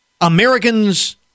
Americans